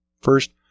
First